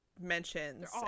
Mentions